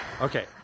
Okay